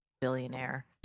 billionaire